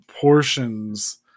portions